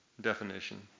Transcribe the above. definition